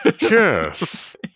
Yes